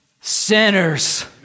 sinners